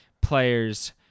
players